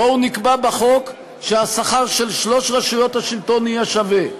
בואו נקבע בחוק שהשכר של שלוש רשויות השלטון יהיה שווה,